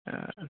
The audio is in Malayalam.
ആ